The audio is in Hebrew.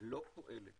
לא פועלת